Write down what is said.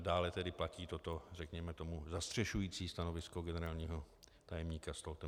Dále tedy platí, toto řekněme tomu zastřešující stanovisko generálního tajemníka Stoltenberga.